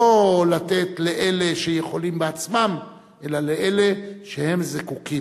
לא לתת לאלה שיכולים בעצמם, אלא לאלה שזקוקים,